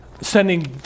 sending